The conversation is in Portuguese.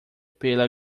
pela